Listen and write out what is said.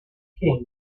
king